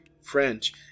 French